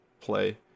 play